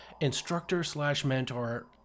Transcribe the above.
instructor-slash-mentor